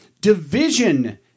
Division